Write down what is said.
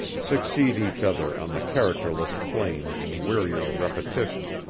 succeed each other on the characterless plain in wearying repetition,